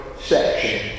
section